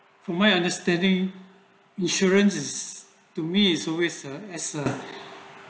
for my understanding insurance is to me is always a as a